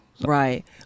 Right